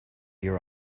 your